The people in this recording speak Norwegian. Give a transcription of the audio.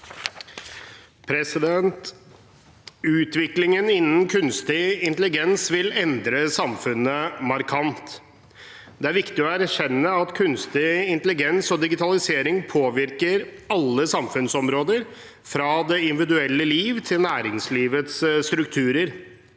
Utviklingen innen kunstig intelligens vil endre samfunnet markant. Det er viktig å erkjenne at kunstig intelligens og digitalisering påvirker alle samfunnsområder, fra det individuelle liv til næringslivets strukturer.